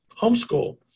homeschool